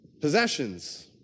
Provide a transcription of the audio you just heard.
possessions